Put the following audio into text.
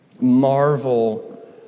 marvel